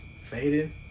faded